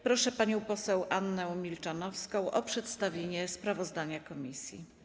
Proszę panią poseł Annę Milczanowską o przedstawienie sprawozdania komisji.